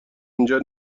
اینجا